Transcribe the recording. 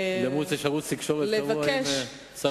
למוץ יש ערוץ תקשורת קבוע עם שר האוצר.